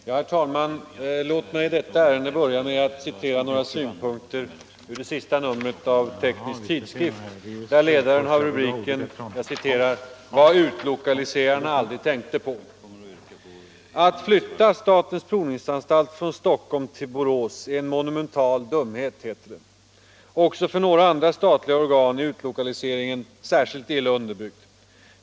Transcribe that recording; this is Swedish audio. Herr talman! Låt mig i detta ärende börja med att citera några synpunkter ur senaste numret av Teknisk Tidskrift, där ledaren har rubriken ”Vad utlokaliserarna aldrig tänkte på”: ”Att flytta Statens Provningsanstalt från Stockholm till Borås är en monumental dumhet. Också för några andra statliga organ är utlokaliseringen illa underbyggd.